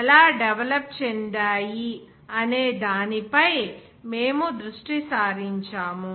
ఎలా డెవలప్ చెందాయి అనే దానిపై మేము దృష్టి సారించాము